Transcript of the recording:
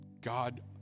God